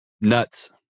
Nuts